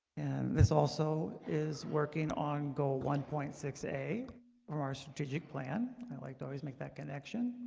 and this also is working on goal one point six a for our strategic plan. i like to always make that connection